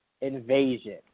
Invasion